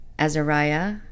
Azariah